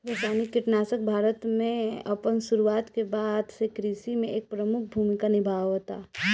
रासायनिक कीटनाशक भारत में अपन शुरुआत के बाद से कृषि में एक प्रमुख भूमिका निभावता